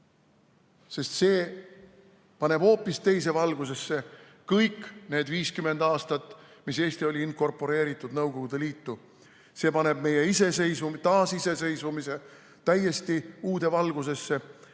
sest see paneb hoopis teise valgusesse kõik need 50 aastat, mil Eesti oli inkorporeeritud Nõukogude Liitu. See paneb meie iseseisvuse, taasiseseisvumise täiesti uude valgusesse